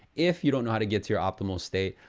if you don't know how to get to your optimal state,